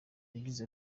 yagize